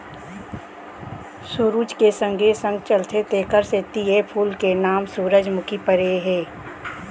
सुरूज के संगे संग चलथे तेकरे सेती ए फूल के नांव सुरूजमुखी परे हे